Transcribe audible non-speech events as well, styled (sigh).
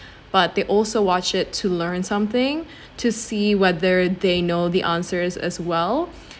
but they also watch it to learn something (breath) to see whether they know the answers as well